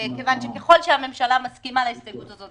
כיוון שככל שהממשלה מסכימה להסתייגות הזו,